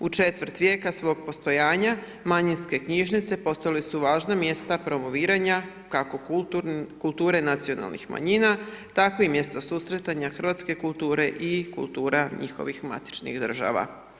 U četvrt vijeka svog postojanja manjinske knjižnice postale su važna mjesta promoviranja, kako kulture nacionalnih manjina, tako i mjesto susretanja hrvatske kulture i kultura njihovih matičnih država.